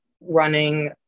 running